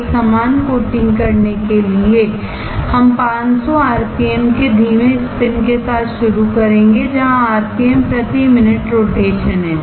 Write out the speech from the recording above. एक समान कोटिंगकरने के लिए हम 500आरपीएम के धीमे स्पिनके साथ शुरू करेंगे जहां आरपीएम प्रति मिनट रोटेशन है